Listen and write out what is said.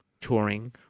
Touring